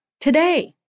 today